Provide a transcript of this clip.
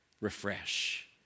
refresh